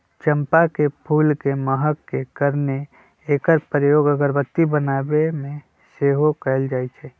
चंपा के फूल के महक के कारणे एकर प्रयोग अगरबत्ती बनाबे में सेहो कएल जाइ छइ